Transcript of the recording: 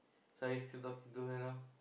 so are you still talking to her now